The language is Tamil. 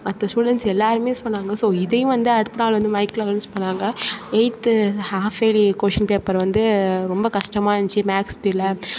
மற்ற ஸ்டூடன்ட்ஸ் எல்லாேருமே சொன்னாங்க ஸோ இதையும் வந்து அடுத்த நாள் வந்து மைக்கில் அனோன்ஸ் பண்ணிணாங்க eighth half yearly question paper வந்து ரொம்ப கஷ்டமாயிருந்துச்சி மேக்ஸ்சில்